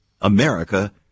America